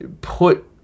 put